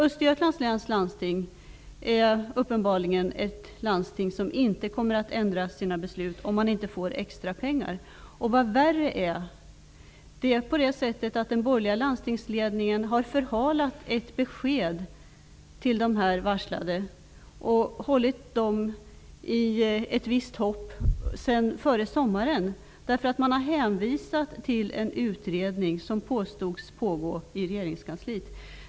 Östergötlands läns landsting är uppenbarligen ett landsting som inte kommer att ändra sitt beslut, om man inte får extra pengar. Vad värre är, den borgerliga landstingsledningen har förhalat ett besked till de varslade och hållit dem i ett visst hopp sedan före sommaren, genom att hänvisa till en utredning som påstods pågå i regeringskansliet.